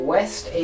West